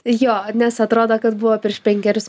jo nes atrodo kad buvo prieš penkerius